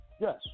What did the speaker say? yes